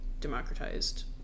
democratized